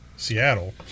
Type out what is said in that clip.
Seattle